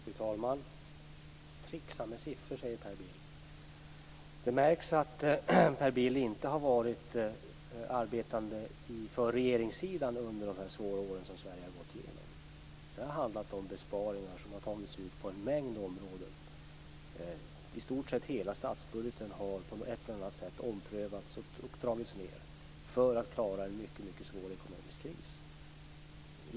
Fru talman! Tricksa med siffror, säger Per Bill. Det märks att Per Bill inte har varit arbetande för regeringssidan under de svåra åren som Sverige har gått igenom. Det har handlat om besparingar som har tagits ut på en mängd områden. I stort sett hela statsbudgeten har på ett eller annat sätt omprövats och dragits ned för att klara en mycket svår ekonomisk kris.